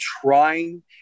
trying